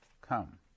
come